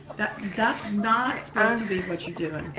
that's not supposed to be what you're doing.